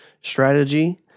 strategy